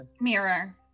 mirror